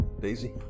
Daisy